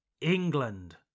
England